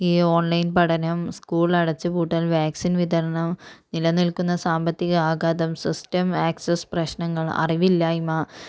ഈ ഓൺലൈൻ പഠനം സ്കൂൾ അടച്ച് പൂട്ടൽ വാക്സിൻ വിതരണം നിലനിൽക്കുന്ന സാമ്പത്തിക ആഘാതം സിസ്റ്റം ആക്സിസ് പ്രശ്നങ്ങള് അറിവില്ലായ്മ